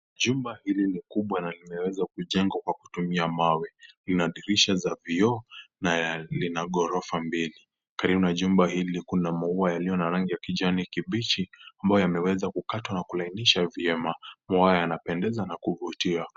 Jumba hili ni kubwa na limeweza kujengwa kwa kutumia mawe, ina dirisha za vioo na Lina ghorofa mbili ,mbele na jengo hili kuna maua yaliyo na rangi ya kijani kibichi ambayo yameweza kukatwa na kulainishwa vyema. Maua yanapendeza na kuvutia.